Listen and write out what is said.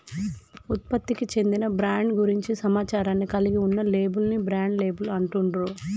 ఉత్పత్తికి చెందిన బ్రాండ్ గురించి సమాచారాన్ని కలిగి ఉన్న లేబుల్ ని బ్రాండ్ లేబుల్ అంటుండ్రు